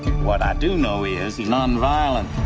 what i do know is he's non-violent.